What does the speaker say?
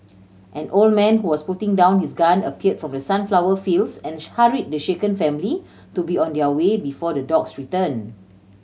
an old man who was putting down his gun appeared from the sunflower fields and hurried the shaken family to be on their way before the dogs return